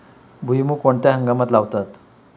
भुईमूग कोणत्या हंगामात लावतात?